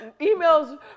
emails